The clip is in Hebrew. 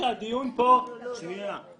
הדיון פה היה